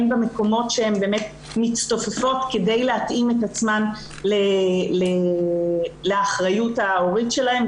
הן במקומות שהן באמת מצטופפות כדי להתאים את עצמן לאחריות ההורית שלהן.